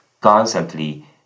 constantly